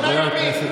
ועוד נחגוג,